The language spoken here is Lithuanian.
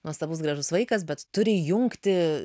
nuostabus gražus vaikas bet turi įjungti